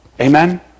Amen